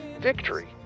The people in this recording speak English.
victory